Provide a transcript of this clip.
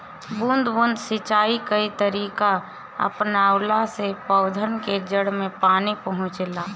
बूंद बूंद सिंचाई कअ तरीका अपनवला से पौधन के जड़ में पानी पहुंचेला